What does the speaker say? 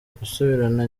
gusubirana